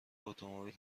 اتومبیل